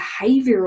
behavioral